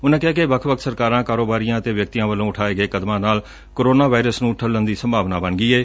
ਉਨੂਾ ਕਿਹਾ ਕਿ ਵੱਖ ਵੱਖ ਸਰਕਾਰਾਂ ਕਾਰੋਬਾਰੀਆ ਅਤੇ ਵਿਅਕਤੀਆ ਵੱਲੋ ਊਠਾਏ ਗਏ ਕਦਮਾ ਨਾਲ ਕੋਰੋਨਾ ਵਾਇਰਸ ਨੂੰ ਫੈਲਣ ਦੀ ਸੰਭਾਵਨਾ ਬਣ ਗਈ ਏ